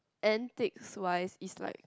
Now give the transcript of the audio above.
antiques wise is like